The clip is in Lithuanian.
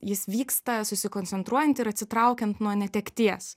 jis vyksta susikoncentruojant ir atsitraukiant nuo netekties